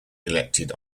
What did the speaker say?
elected